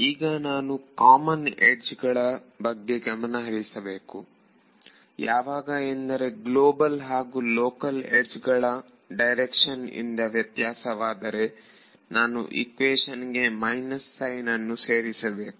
ಈಗ ನಾನು common edge ಬಗ್ಗೆ ಗಮನಹರಿಸಬೇಕು ಯಾವಾಗ ಎಂದರೆ ಗ್ಲೋಬಲ್ ಹಾಗೂ ಲೋಕಲ್ ಯಡ್ಜ್ ಗಳು ಡೈರೆಕ್ಷನ್ ಇಂದ ವ್ಯತ್ಯಾಸವಾದರೆ ನಾನು ಈಕ್ವೇಶನ್ಗೆ ಮೈನಸ್ ಸೈನ್ ಅನ್ನು ಸೇರಿಸಬೇಕು